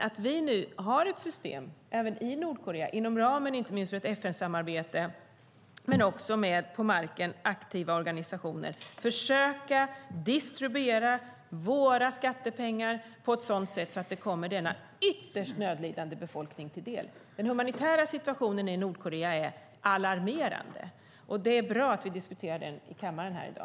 Att vi nu har ett system även i Nordkorea, inom ramen inte minst för ett FN-samarbete men också med på marken aktiva organisationer, kan vi nu försöka distribuera våra skattepengar på ett sådant sätt att de kommer denna ytterst nödlidande befolkning till del. Den humanitära situationen i Nordkorea är alarmerande, och det är bra att vi diskuterar den här i kammaren i dag.